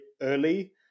early